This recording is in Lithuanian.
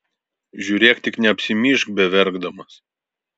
žiūrėk tik neapsimyžk beverkdamas